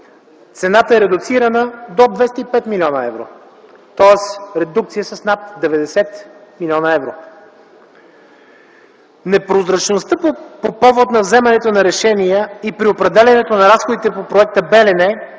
цената е редуцирана до 205 млн. евро. Тоест редукция с над 90 млн. евро. Непрозрачността по повод на вземането на решения и при определянето на разходите по проекта „Белене”